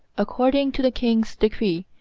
according to the king's decree,